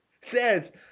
says